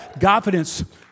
Confidence